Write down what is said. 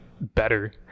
better